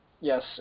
Yes